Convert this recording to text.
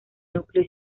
núcleo